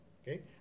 Okay